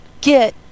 get